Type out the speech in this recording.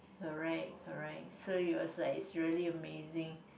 correct correct so it was like it's really amazing